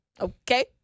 Okay